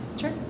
Sure